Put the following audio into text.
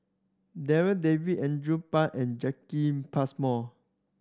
Darryl David Andrew Phang and Jacki Passmore